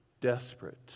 desperate